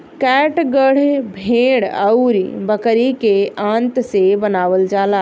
catgut भेड़ अउरी बकरी के आंत से बनावल जाला